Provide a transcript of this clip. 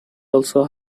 also